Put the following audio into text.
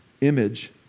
image